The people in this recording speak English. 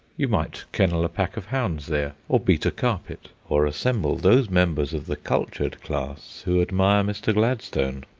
you might kennel a pack of hounds there, or beat a carpet, or assemble those members of the cultured class who admire mr. gladstone.